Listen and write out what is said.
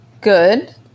good